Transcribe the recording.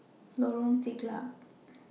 Lorong Siglap